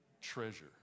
treasure